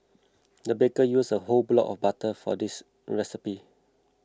the baker used a whole block of butter for this recipe